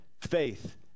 faith